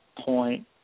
point